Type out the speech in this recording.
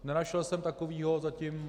Nenašel jsem takového zatím.